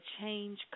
change